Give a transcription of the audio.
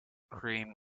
cream